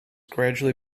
gradually